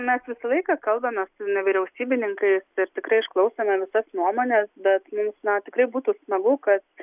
mes visą laiką kalbame su nevyriausybininkais ir tikrai išklausome visas nuomones bet mums na tikrai būtų smagu kad